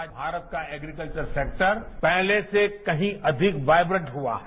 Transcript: आज भारत का एग्रीकल्वर सेक्टर पहले से कहीं अधिक वाइब्रेट हुआ है